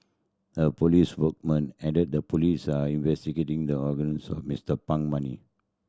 a police spokesman added the police are investigating the origins of Mister Pang money